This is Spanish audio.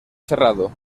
cerrado